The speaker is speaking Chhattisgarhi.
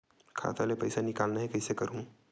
खाता ले पईसा निकालना हे, कइसे करहूं?